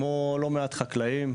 כמו לא מעט חקלאים,